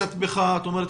את אומרת